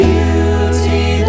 Beauty